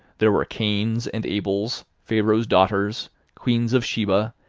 there were cains and abels, pharaoh's daughters queens of sheba,